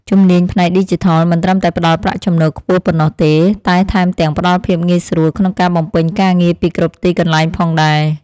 ជំនាញផ្នែកឌីជីថលមិនត្រឹមតែផ្តល់ប្រាក់ចំណូលខ្ពស់ប៉ុណ្ណោះទេតែថែមទាំងផ្តល់ភាពងាយស្រួលក្នុងការបំពេញការងារពីគ្រប់ទីកន្លែងផងដែរ។